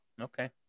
Okay